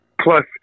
plus